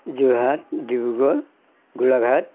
Jorhat Dibrugarh Golaghat